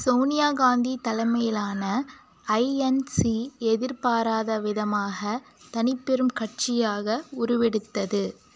சோனியா காந்தி தலைமையிலான ஐஎன்சி எதிர்பாராத விதமாக தனிப்பெரும் கட்சியாக உருவெடுத்தது